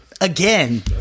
Again